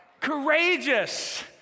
Courageous